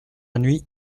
nuit